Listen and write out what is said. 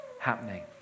happening